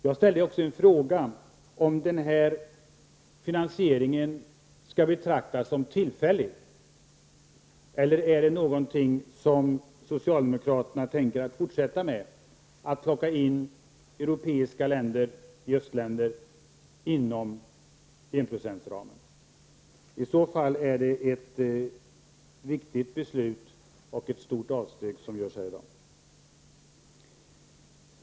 Jag ställde också frågan, om den här finansieringen skall betraktas som tillfällig. Eiler är det någonting som socialdemokraterna tänker fortsätta med, att plocka in europeiska länder, östländer, inom enprocentsramen? I så fall är det ett viktigt beslut som fattas och ett stort avsteg som görs här i dag.